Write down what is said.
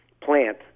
plant